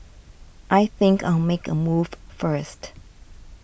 I think I'll make a move first